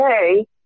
hey